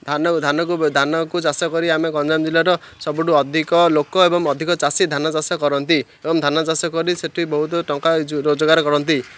ଧାନ ଧାନକୁ ଧାନକୁ ଚାଷ କରି ଆମେ ଗଞ୍ଜାମ ଜିଲ୍ଲାର ସବୁଠୁ ଅଧିକ ଲୋକ ଏବଂ ଅଧିକ ଚାଷୀ ଧାନ ଚାଷ କରନ୍ତି ଏବଂ ଧାନ ଚାଷ କରି ସେଠି ବହୁତ ଟଙ୍କା ରୋଜଗାର କରନ୍ତି